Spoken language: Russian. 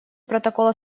протокола